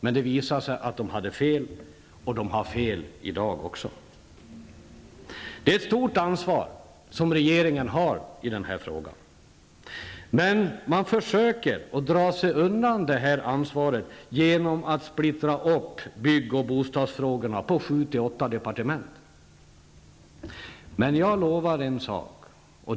Men det visade sig att de hade fel, och de har fel i dag också. Det är ett stort ansvar som regeringen har i den här frågan. Men man försöker att dra sig undan det ansvaret genom att splittra bygg och bostadsfrågorna på 7--8 departement. Men jag lovar en sak.